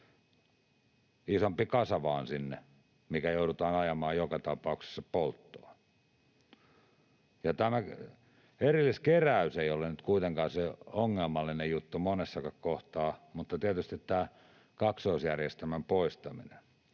isompi kasa, mikä joudutaan ajamaan joka tapauksessa polttoon. Tämä erilliskeräys ei ole nyt kuitenkaan se ongelmallinen juttu monessakaan kohtaa, mutta tietysti tämä kaksoisjärjestelmän poistaminen